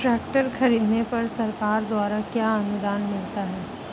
Tractor खरीदने पर सरकार द्वारा क्या अनुदान मिलता है?